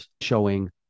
showing